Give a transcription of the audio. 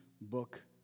book